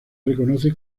reconoce